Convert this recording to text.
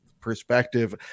perspective